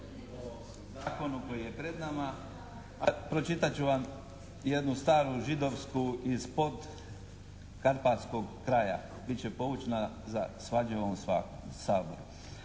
o zakonu koji je pred nama. A pročitat ću vam jednu staru židovsku "Ispod karpatskog kraja.", bit će poučna za svađe u ovom